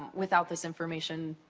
without this information,